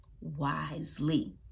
wisely